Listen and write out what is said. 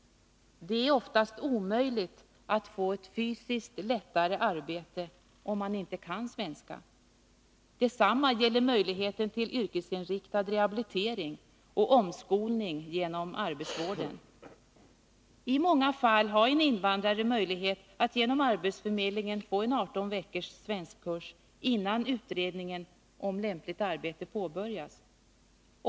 Det är oftast omöjligt att få ett fysiskt lättare arbete om man inte kan svenska. Detsamma gäller möjligheten till yrkesinriktad rehabilitering och omskolning genom arbetsvården. I många fall har en invandrare möjlighet att genom arbetsförmedlingen få en 18 veckor lång svenskkurs innan utredningen om lämpligt arbete påbörjas.